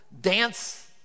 dance